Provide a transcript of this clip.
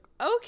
Okay